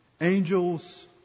Angels